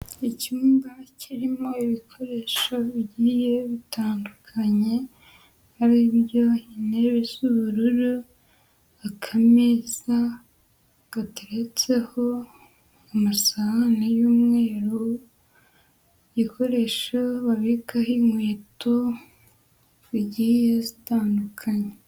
Icyumba kirimo ibikoresho bigiye bitandukanye, ari byo intebe isa ubururu, akameza gateretseho amasahani y'umweru, igikoresho babikaho inkweto zigiye zitandukanye.